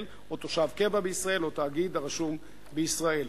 או תושב קבע בישראל או תאגיד הרשום בישראל,